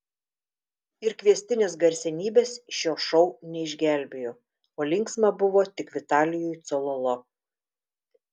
ir kviestinės garsenybės šio šou neišgelbėjo o linksma buvo tik vitalijui cololo